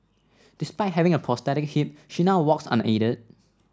despite having a prosthetic hip she now walks unaided